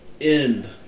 end